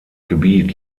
gebiet